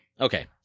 Okay